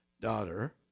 daughter